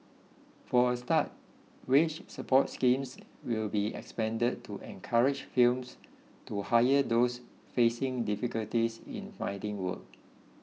for a start wage support schemes will be expanded to encourage films to hire those facing difficulty in finding work